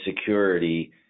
security